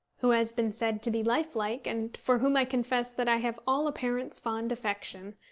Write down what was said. who has been said to be life-like, and for whom i confess that i have all a parent's fond affection,